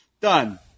Done